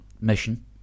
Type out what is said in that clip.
Mission